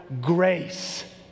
grace